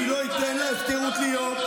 אני לא אתן להפקרות להיות.